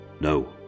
no